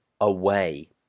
away